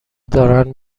دارن